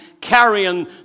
carrying